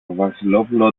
βασιλόπουλο